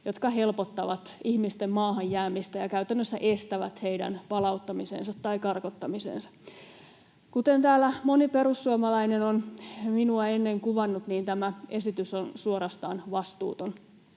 jotka helpottavat ihmisten maahan jäämistä ja käytännössä estävät heidän palauttamisensa tai karkottamisensa. Kuten täällä moni perussuomalainen on minua ennen kuvannut, niin tämä esitys on suorastaan vastuuton.